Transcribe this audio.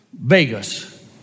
Vegas